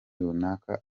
runaka